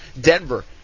Denver